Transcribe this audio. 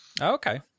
okay